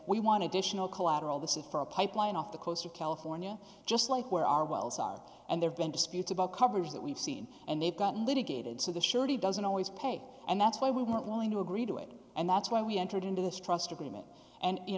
we want to dish no collateral this is for a pipeline off the coast of california just like where our wells are and there vent disputes about covers that we've seen and they've gotten litigated so the surety doesn't always pay and that's why we weren't willing to agree to it and that's why we entered into this